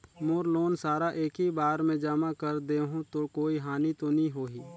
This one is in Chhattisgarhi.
मोर लोन सारा एकी बार मे जमा कर देहु तो कोई हानि तो नी होही?